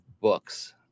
books